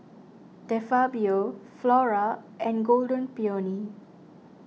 De Fabio Flora and Golden Peony